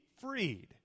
freed